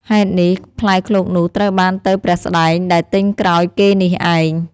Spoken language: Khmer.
ហេតុនេះ ផ្លែឃ្លោកនោះត្រូវបានទៅព្រះស្ដែងដែលទិញក្រោយគេនេះឯង”។